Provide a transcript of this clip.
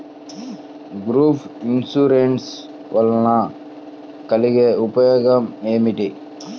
Group insurance వలన కలిగే ఉపయోగమేమిటీ?